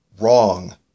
wrong